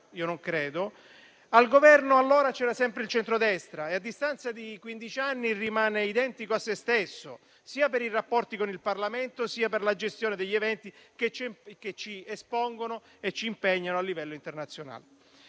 al Governo allora c'era sempre il centrodestra e a distanza di quindici anni rimane identico a se stesso, sia per i rapporti con il Parlamento sia per la gestione degli eventi che ci espongono e ci impegnano a livello internazionale.